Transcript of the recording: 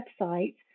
website